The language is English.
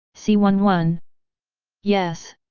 c one one yes!